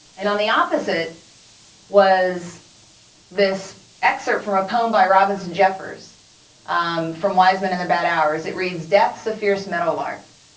and on the opposite was this excerpt from a poem by robinson jeffers um from wise men in the bad hours. it reads, death's a fierce meadowlark,